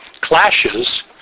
clashes